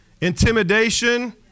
intimidation